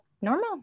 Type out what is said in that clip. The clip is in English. normal